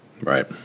right